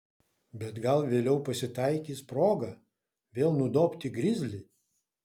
bet gal vėliau pasitaikys proga vėl nudobti grizlį